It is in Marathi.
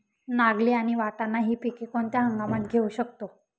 नागली आणि वाटाणा हि पिके कोणत्या हंगामात घेऊ शकतो?